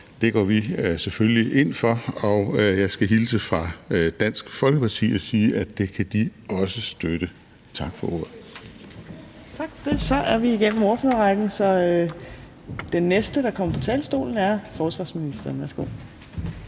Det går vi selvfølgelig ind for, og jeg skal hilse fra Dansk Folkeparti og sige, at det kan de også støtte. Tak for ordet. Kl. 18:40 Fjerde næstformand (Trine Torp): Tak for det. Så er vi igennem ordførerrækken, så den næste, der kommer på talerstolen, er forsvarsministeren. Værsgo.